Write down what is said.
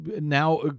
Now